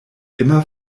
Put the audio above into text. immer